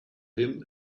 him